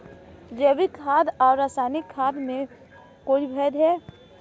जैविक खाद और रासायनिक खाद में कोई भेद है?